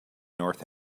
north